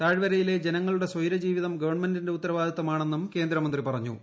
താഴ്വരയിലെ ജനങ്ങളുടെ സ്വൈരജീവിതം ഗവൺമെന്റിന്റെ ഉത്തരവാദിത്തമാണെന്നും കേന്ദ്രമന്ത്രി പറഞ്ഞു